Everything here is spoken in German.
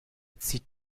zieht